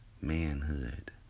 manhood